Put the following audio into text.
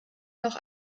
noch